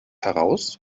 heraus